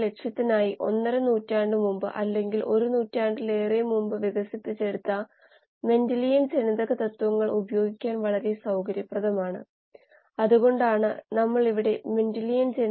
പ്രശ്നത്തിന് മുമ്പുള്ള ക്ലാസ്സിൽ അലിഞ്ഞ ഓക്സിജന്റെ അവസ്ഥയെ നമ്മൾ അറിഞ്ഞു